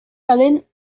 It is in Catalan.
calent